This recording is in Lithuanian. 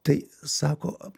tai sako